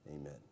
amen